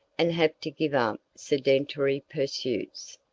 and have to give up sedentary pursuits,